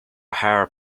hire